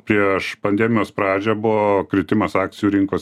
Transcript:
prieš pandemijos pradžią buvo kritimas akcijų rinkos